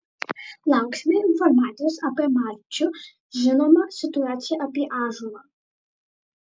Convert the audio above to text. lauksime informacijos apie marčių žinome situaciją apie ąžuolą